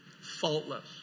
faultless